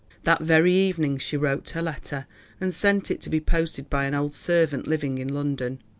that very evening she wrote her letter and sent it to be posted by an old servant living in london.